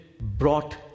brought